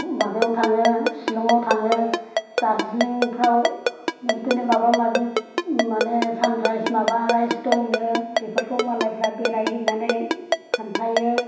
माबायाव थाङो शिलंआव थाङो दार्जिलिंफ्राव बेबादिनो माबा माबि माने सानराइज माबा राइज दंनो बेफोरखौ मालायफ्रा बेराय हैनानै खिनथायो